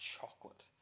chocolate